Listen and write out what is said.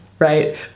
right